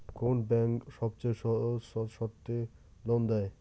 কোন ব্যাংক সবচেয়ে সহজ শর্তে লোন দেয়?